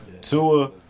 Tua